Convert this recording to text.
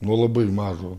nuo labai mažo